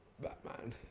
batman